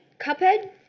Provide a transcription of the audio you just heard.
Cuphead